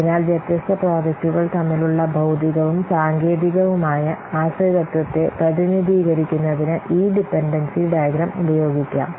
അതിനാൽ വ്യത്യസ്ത പ്രോജക്റ്റുകൾ തമ്മിലുള്ള ഭൌതികവും സാങ്കേതികവുമായ ആശ്രിതത്വത്തെ പ്രതിനിധീകരിക്കുന്നതിന് ഈ ഡിപൻഡൻസി ഡയഗ്രം ഉപയോഗിക്കാം